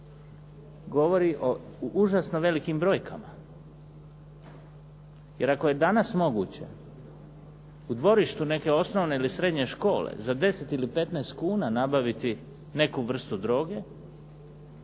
govori o užasno velikim brojkama. Jer ako je danas moguće u dvorištu neke osnovne ili srednje škole za 10 ili 15 kuna nabaviti neku vrstu droge